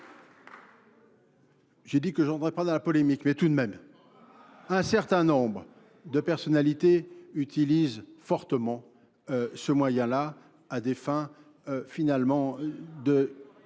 J'ai dit que j'en reprends pas dans la polémique, mais tout de même, un certain nombre de personnalités utilisent fortement ce moyen-là à des fins, finalement,